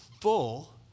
full